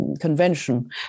Convention